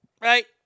right